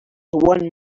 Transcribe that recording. one